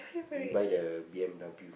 we buy the b_m_w